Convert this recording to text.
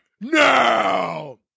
now